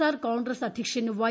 R Congress അധ്യക്ഷൻ Y